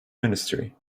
ministry